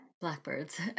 blackbirds